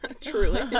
truly